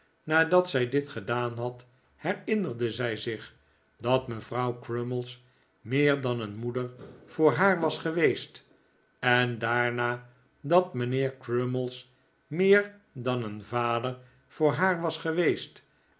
nadat zij dit gedaan had herinnerde zij zich dat mevrouw crummies meer dan een moeder voor haar was geweest en daarna dat mijnheer crummies meer dan een vader voor haar was geweest